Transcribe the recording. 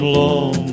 long